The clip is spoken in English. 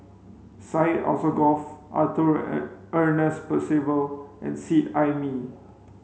Syed Alsagoff Arthur Ernest Percival and Seet Ai Mee